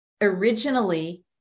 originally